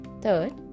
Third